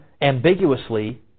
ambiguously